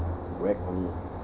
whack only`